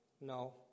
No